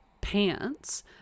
pants